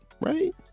right